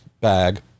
bag